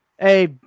Hey